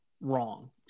wrong